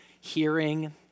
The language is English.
hearing